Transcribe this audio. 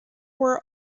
were